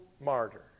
martyr